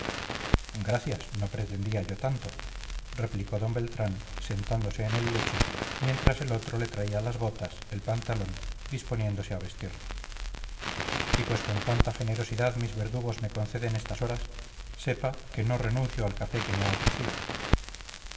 gracias no pretendía yo tanto replicó d beltrán sentándose en el lecho mientras el otro le traía las botas el pantalón disponiéndose a vestirle y pues con tanta generosidad mis verdugos me conceden estas horas sepa que no renuncio al café que me ha ofrecido